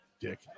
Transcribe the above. dick